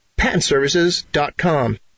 PatentServices.com